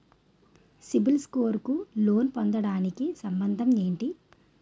CIBIL score కు loan పొందటానికి సంబంధం ఏంటి?